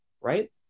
right